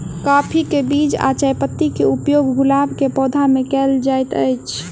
काफी केँ बीज आ चायपत्ती केँ उपयोग गुलाब केँ पौधा मे केल केल जाइत अछि?